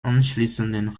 anschließenden